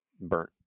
burnt